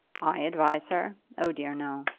i advise her! oh dear, no.